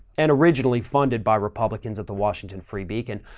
and originally funded by republicans at the washington free beacon.